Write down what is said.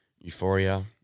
euphoria